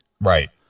Right